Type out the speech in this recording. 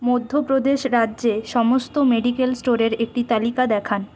মধ্যপ্রদেশ রাজ্যে সমস্ত মেডিক্যাল স্টোরের একটি তালিকা দেখান